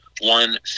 One